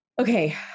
Okay